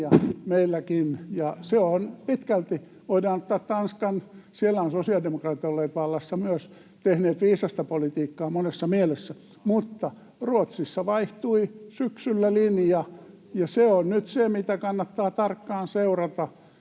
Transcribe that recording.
meilläkin, ja se on pitkälti... Tai voidaan ottaa Tanskan — siellä on sosiaalidemokraatit olleet vallassa myös, tehneet viisasta politiikkaa monessa mielessä. Mutta Ruotsissa vaihtui syksyllä linja, ja se on nyt se, mitä kannattaa tarkkaan seurata,